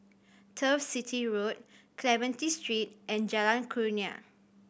Turf City Road Clementi Street and Jalan Kurnia